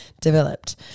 developed